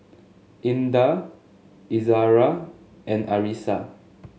Indah Izara and Arissa